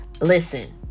listen